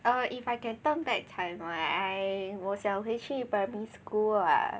err if I can turn back time I 我想回去 primary school ah